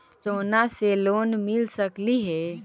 सोना से लोन मिल सकली हे?